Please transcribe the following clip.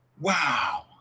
Wow